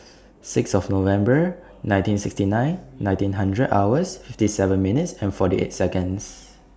six of November nineteen sixty nine nineteen hundred hours fifty seven minutes and forty eight Seconds